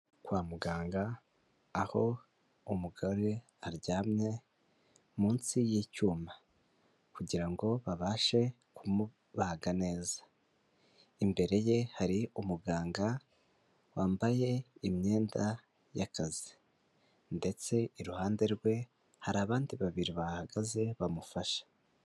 Kwa muganga aho umugore aryamye munsi y'icyuma kugirango babashe kumubaga neza. Imbere ye hari umuganga wambaye imyenda y'akazi ndetse iruhande rwe hari abandi babiri bahagaze bamufashe.